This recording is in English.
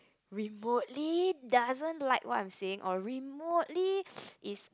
remotely doesn't like what I'm saying or remotely is